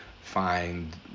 find